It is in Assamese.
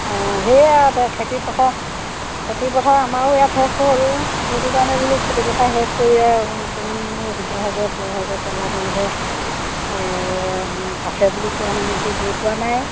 অঁ সেয়া এতিয়া খেতিপথাৰ খেতিপথাৰ আমাৰো ইয়াত শেষ হ'ল সেইটো কাৰণে বোলো খেতিপথাৰ শেষ কৰিয়ে আৰু অকণমান বোলো শিৱসাগৰ জয়সাগৰ তলাতল ঘৰ আছে বুলি কোৱা শুনিছোঁ গৈ পোৱা নাই